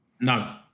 No